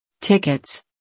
Tickets